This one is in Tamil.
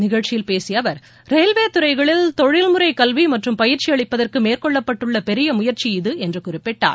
நிகழ்ச்சியில் பேசிய அவர் ரயில்வே துறைகளில் தொழில்முறை கல்வி மற்றும் பயிற்சி அளிப்பதற்கு மேற்கொள்ளப்பட்டுள்ள பெரிய முயற்சி இது என்று குறிப்பிட்டார்